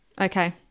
Okay